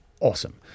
awesome